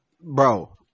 bro